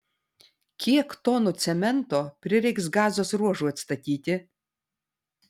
kiek tonų cemento prireiks gazos ruožui atstatyti